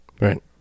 right